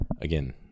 again